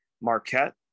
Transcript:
Marquette